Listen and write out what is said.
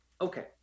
Okay